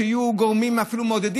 שיהיו אפילו גורמים מעודדים,